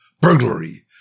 Burglary